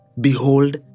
Behold